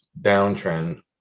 downtrend